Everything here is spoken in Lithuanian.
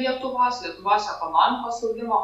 lietuvos lietuvos ekonomikos augimo